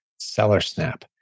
Sellersnap